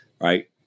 Right